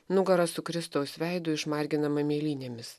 nugarą su kristaus veidu išmarginama mėlynėmis